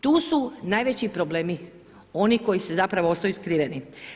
Tu su najveći problemi oni koji zapravo ostaju skriveni.